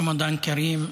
רמדאן כרים.